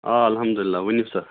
آ اَلحمداللہ ؤنِو سا